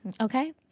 Okay